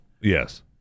Yes